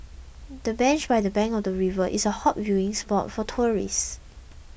the bench by the bank of the river is a hot viewing spot for tourists